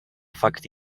fakt